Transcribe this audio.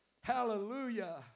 Hallelujah